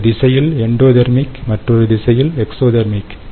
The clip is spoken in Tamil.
ஒரு திசையில் எண்டோடெர்மிக் மற்றொரு திசையில் எக்ஸோதேர்மிக்